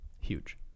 Huge